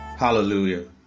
hallelujah